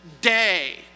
day